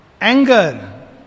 anger